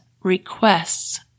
requests